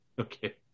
Okay